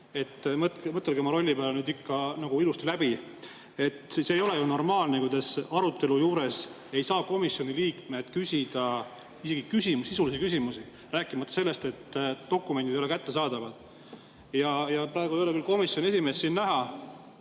Mõtelge oma roll ikka ilusti läbi. See ei ole ju normaalne, kui arutelu juures ei saa komisjoni liikmed küsida küsimusi, sisulisi küsimusi, rääkimata sellest, et dokumendid ei ole kättesaadavad. Praegu ei ole komisjoni esimeest siin küll